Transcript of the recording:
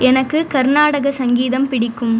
எனக்கு கர்நாடக சங்கீதம் பிடிக்கும்